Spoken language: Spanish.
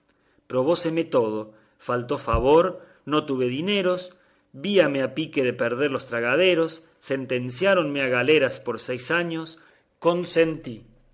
declare probóseme todo faltó favor no tuve dineros víame a pique de perder los tragaderos sentenciáronme a galeras por seis años consentí